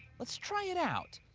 let's try it out.